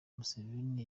museveni